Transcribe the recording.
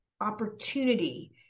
opportunity